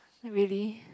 really